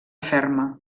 ferma